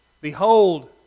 Behold